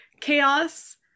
chaos